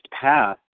path